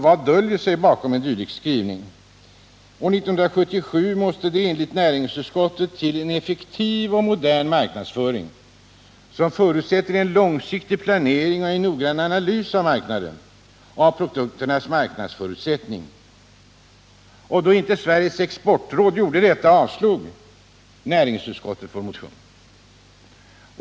Vad döljer sig bakom en dylik skrivning? 1977 måste det enligt näringsutskottet till ”en effektiv modern marknadsföring” som ”förutsätter en långsiktig planering och en noggrann analys av marknaden och av produkternas marknadsförutsättningar”. Då nu Sveriges exportråd inte gjort detta, avstyrkte näringsutskottet vår motion.